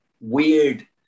weird